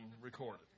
recorded